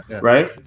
right